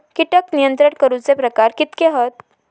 कीटक नियंत्रण करूचे प्रकार कितके हत?